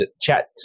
chat